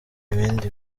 ibindi